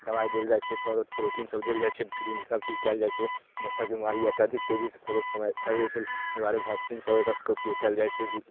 दवाइ देल जाइ छै प्रोटीनसब देल जाइ छै फ्रीमे सबचीज कएल जाइ छै मच्छरके बेमारी अत्यधिक तेजीसँ फैलैके समय फैलै छै बेमारी भऽ वैक्सीनसब एकरसबके उपयोग कएल जाइ छै